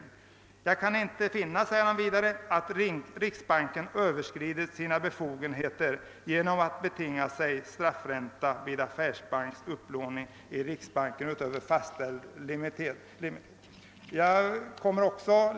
Jag kan inte finna», säger han vidare, »att riksbanken överskridit sina befogenheter genom att betinga sig s.k. straffränta vid affärsbanks upplåning i riksbanken utöver fastställd limit.> Herr talman!